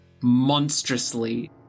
monstrously